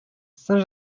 saint